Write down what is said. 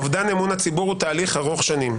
אובדן אמון הציבור הוא תהליך ארוך שנים,